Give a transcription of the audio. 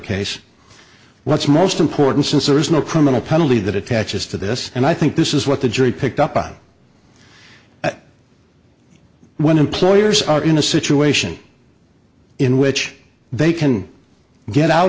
case what's most important since there is no criminal penalty that attaches to this and i think this is what the jury picked up on that when employers are in a situation in which they can get out